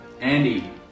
Andy